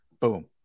Boom